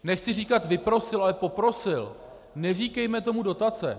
Nechci říkat vyprosil, ale poprosil neříkejme tomu dotace.